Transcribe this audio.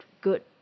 good